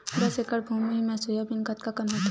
दस एकड़ भुमि म सोयाबीन कतका कन होथे?